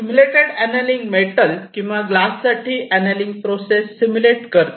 simulated annealing metal किंवा glass साठी annealing process simulate करते